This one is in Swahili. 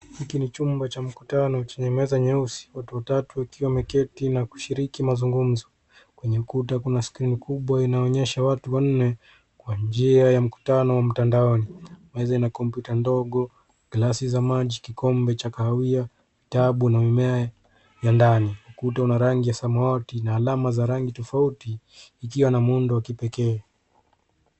Hiki ni chumba cha mkutano chenye meza nyeusi. Watu watatu wakiwa wameketi na kushiriki mazungumzo. Kwenye ukuta kuna skrini kubwa inayoonyesha watu kwenye skrini kwa njia ya mkutano mtandaoni. Meza ina kompyuta ndogo, glasi za maji, kikombe cha kahawia, vitabu na mimea ya ndani. Ukuta una rangi ya samawati, ina alama za rangi tofauti ikiwa na muundo wa kipekee.